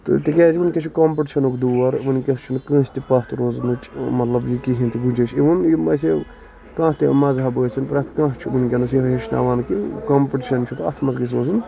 تہٕ تِکیازِ ؤنکیس چھُ کومپِٹشنُک دور ؤنکینس چھُنہٕ کٲنسہِ تہِ پَتھ روزُنٕچ مطلب کِہیںۍ تہِ گُنجٲیِش اِوٕن یِم اسہِ کانہہ تہِ مَزہب ٲسِںۍ پرٮ۪تھ کانہہ چھُ ؤنکینَس یِم ہیچھناوان کہِ کومپِٹشن چھُ تہٕ اَتھ منٛزگژھِ روزُن